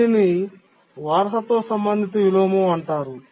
దీనిని వారసత్వ సంబంధిత విలోమం అంటారు